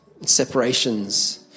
separations